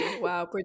Wow